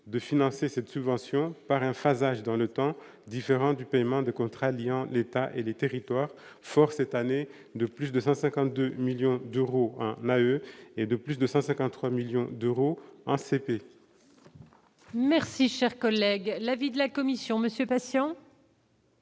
de financer cette subvention par un phasage dans le temps, différent du paiement de contrats liant l'État et les territoires fort cette année de plus de 152 millions d'euros mal et de plus de 153 millions d'euros en CP. Merci, cher collègue, l'avis de la Commission, monsieur passion.